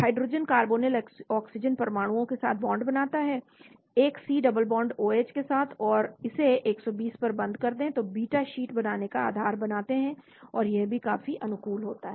hydrogen carbonyl oxygen परमाणुओं के साथ बॉन्ड बनाता है एक C double bond O H के साथ और इसे 120 पर बंद कर दे तो बीटा शीट बनाने का आधार बनाते हैं और यह भी काफी अनुकूल होता है